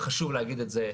וחשוב להגיד את זה,